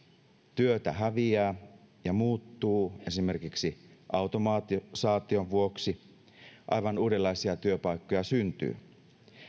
työtä häviää ja muuttuu esimerkiksi automatisaation vuoksi aivan uudenlaisia työpaikkoja syntyy